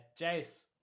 Jace